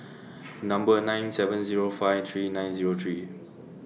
Number nine seven Zero five three nine Zero three